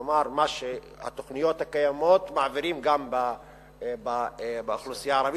כלומר את התוכניות הקיימות מעבירים גם באוכלוסייה הערבית,